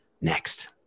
Next